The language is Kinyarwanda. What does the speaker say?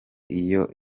iyo